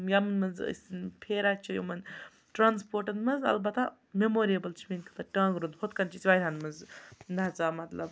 یِمَن منٛز أسۍ پھیران چھِ یِمَن ٹرٛانَسپوٹَن منٛز البتہ مٮ۪موریبٕل چھِ میٛانہِ خٲطرٕ ٹانٛگہٕ روٗد ہُتھ کَنۍ چھِ أسۍ واریاہَن منٛز نژان مطلب